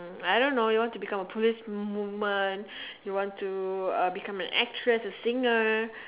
uh I don't know you want to become a police woman you want to uh become an actress a singer